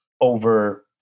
over